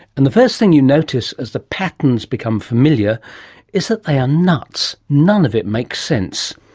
and the first thing you notice as the patterns become familiar is that they are nuts. none of it makes sense.